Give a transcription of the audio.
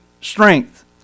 strength